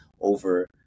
over